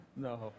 no